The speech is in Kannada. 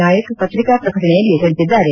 ನಾಯಕ್ ಪತ್ರಿಕಾ ಪ್ರಕಟಣೆಯಲ್ಲಿ ತಿಳಿಸಿದ್ದಾರೆ